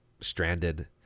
stranded